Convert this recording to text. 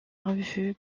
revue